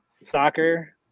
soccer